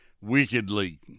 wickedly